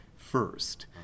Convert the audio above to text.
first